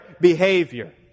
behavior